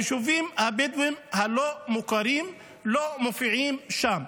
היישובים הבדואיים הלא-מוכרים לא מופיעים שם.